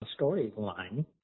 storyline